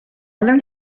learned